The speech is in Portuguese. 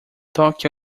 toque